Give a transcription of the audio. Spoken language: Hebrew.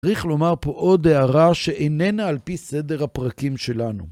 צריך לומר פה עוד הערה שאיננה על פי סדר הפרקים שלנו.